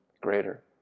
greater